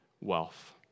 wealth